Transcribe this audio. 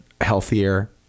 healthier